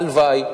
הלוואי.